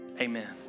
Amen